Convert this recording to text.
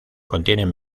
contienen